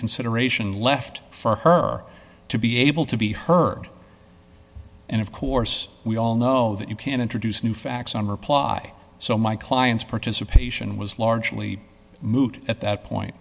consideration left for her to be able to be heard and of course we all know that you can't introduce new facts on reply so my client's participation was largely moot at that point